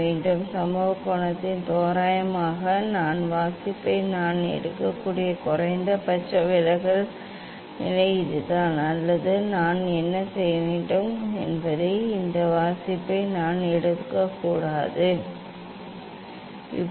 இந்த சம்பவ கோணத்தில் தோராயமாக இந்த வாசிப்பை நான் எடுக்கக்கூடிய குறைந்தபட்ச விலகல் நிலை இதுதான் அல்லது நான் என்ன செய்வேன் என்பதை இந்த வாசிப்பை நான் எடுக்கக்கூடாது நான் அதிகரிப்பேன்